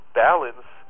balance